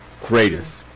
greatest